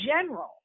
general